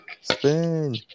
Spin